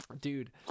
dude